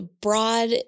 broad